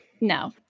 No